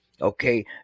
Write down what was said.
okay